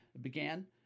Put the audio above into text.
began